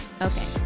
Okay